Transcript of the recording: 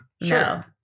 No